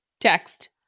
text